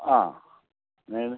ആ എങ്ങനെയാണ്